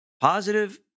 positive